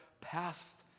past